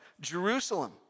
Jerusalem